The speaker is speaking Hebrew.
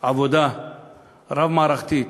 עבודה רב-מערכתית